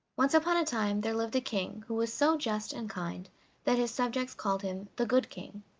once upon a time there lived a king who was so just and kind that his subjects called him the good king.